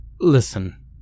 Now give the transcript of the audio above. Listen